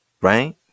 right